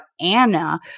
Anna